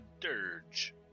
dirge